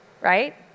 right